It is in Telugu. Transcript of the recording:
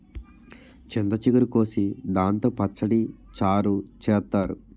చింత చిగురు కోసి దాంతో పచ్చడి, చారు చేత్తారు